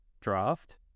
draft